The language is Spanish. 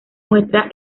muestra